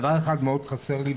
דבר אחד מאוד חסר לי,